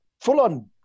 full-on